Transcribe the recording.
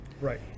Right